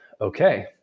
okay